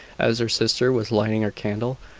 as her sister was lighting her candle.